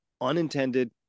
unintended